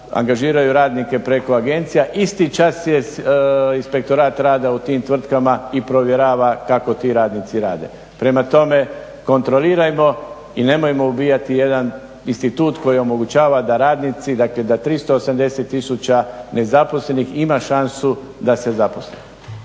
angažiraju radnike preko agencija isti čas je inspektorat rada u tim tvrtkama i provjerava kako ti radnici rade. Prema tome, kontrolirajmo i nemojmo ubijati jedan institut koji omogućava da radnici, dakle da 380 tisuća nezaposlenih ima šansu da se zaposli.